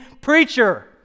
preacher